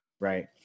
Right